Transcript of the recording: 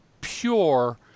pure